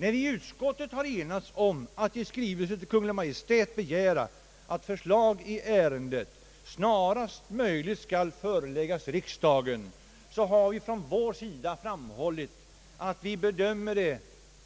När vi i utskottet enats om att i skrivelse till Kungl. Maj:t begära att förslag i ärendet snarast möjligt skall föreläggas riksdagen har vi från vår sida framhållit att vi bedömer det